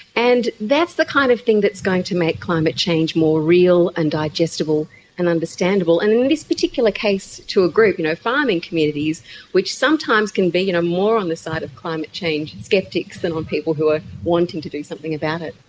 and that's the kind of thing that's going to make climate change more real and digestible and understandable, and in this particular case to a group, you know, farming communities which sometimes can be more on the side of climate change sceptics than the people who are wanting to do something about it.